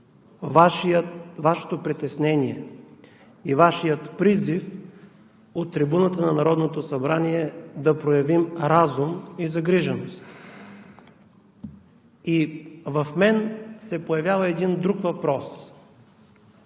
Вашето притеснение и Вашия призив от трибуната на Народното събрание да проявим разум и загриженост. И в мен се появява един друг въпрос: